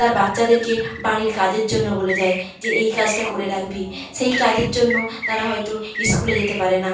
তার বাচ্চাদেরকে বাড়ির কাজের জন্য বলে যায় যে এই কাজটা করে রাখবি সেই কাজের জন্য তারা হয়তো স্কুলে যেতে পারে না